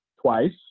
twice